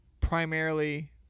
primarily